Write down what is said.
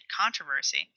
controversy